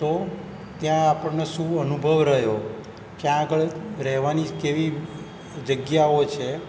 તો ત્યાં આપણને શું અનુભવ રહ્યો ક્યાં આગળ રહેવાની કેવી જગ્યાઓ છે